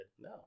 No